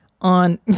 on